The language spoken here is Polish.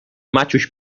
maciuś